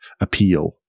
appeal